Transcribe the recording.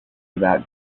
about